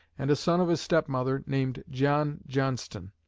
and a son of his step-mother named john johnston.